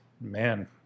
man